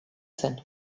zen